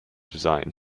design